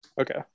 Okay